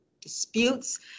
disputes